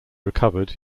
recovered